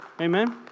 Amen